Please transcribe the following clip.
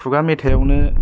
खुगा मेथायावनो